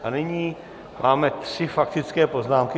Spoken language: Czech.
A nyní máme tři faktické poznámky.